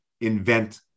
invent